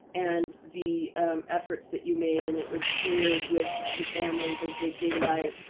and the efforts that you made, and it was clear with the families as they came by,